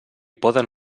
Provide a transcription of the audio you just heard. poden